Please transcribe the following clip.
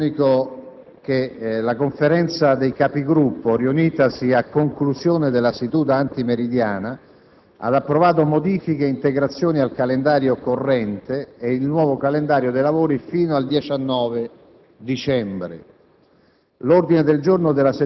Comunico che la Conferenza dei Capigruppo, riunitasi a conclusione della seduta antimeridiana, ha approvato modifiche e integrazioni al calendario corrente e il nuovo calendario dei lavori fino al 19 dicembre.